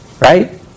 right